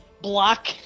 block